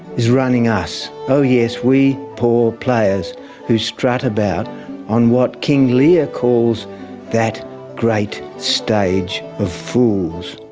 is running us. oh yes, we poor players who strut about on what king lear calls that great stage of fools.